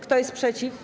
Kto jest przeciw?